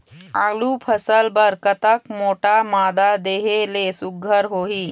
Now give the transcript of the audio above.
आलू फसल बर कतक मोटा मादा देहे ले सुघ्घर होही?